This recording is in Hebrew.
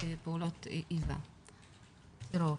פעולות איבה, טרור.